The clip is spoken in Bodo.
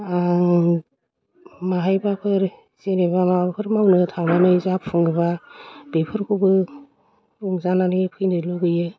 आङो माहायबाफोर जेनेबा माबाफोर मावनो थांनानै जाफुङोबा बेफोरखौबो रंजानानै फैनो लुबैयो